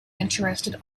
interested